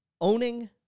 owning